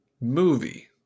movie